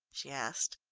she asked.